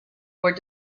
were